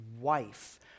wife